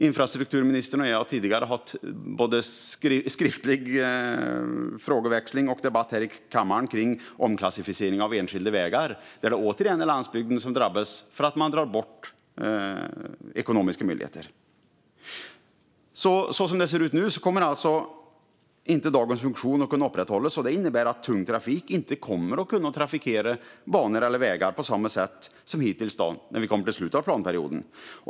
Infrastrukturministern och jag har tidigare haft både skriftlig frågeväxling och debatt här i kammaren rörande omklassificering av enskilda vägar. Där är det återigen landsbygden som drabbas för att man drar bort ekonomiska möjligheter. Som det ser ut nu kommer alltså dagens funktion inte att kunna upprätthållas, och det innebär att tung trafik inte kommer att kunna trafikera banor och vägar på samma sätt som hittills i slutet av planperioden.